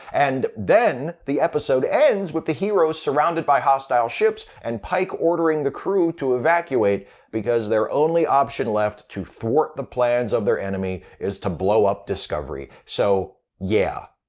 and then the episode ends with the heroes surrounded by hostile ships and pike ordering the crew to evacuate because their only option left to thwart the plans of their enemy is to blow up discovery. so yeah,